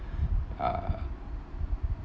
uh